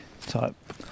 type